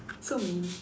so mean